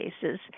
cases